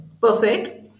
Perfect